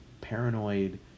paranoid